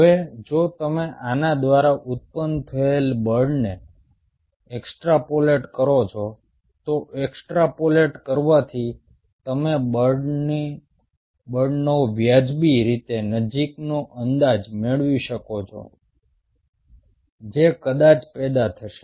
હવે જો તમે આના દ્વારા ઉત્પન્ન થયેલ બળને એક્સ્ટ્રાપોલેટ કરો છો તો એક્સ્ટ્રાપોલેટ કરવાથી તમે બળનો વ્યાજબી રીતે નજીકનો અંદાજ મેળવી શકશો જે કદાચ પેદા થશે